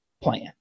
plan